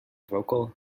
vocal